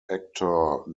actor